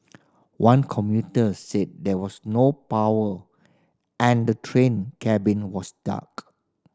one commuter said there was no power and the train cabin was dark